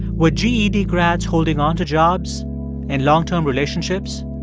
were ged grads holding onto jobs and long-term relationships,